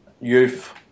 Youth